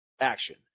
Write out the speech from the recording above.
action